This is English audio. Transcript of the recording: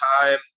time